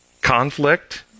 Conflict